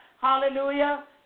Hallelujah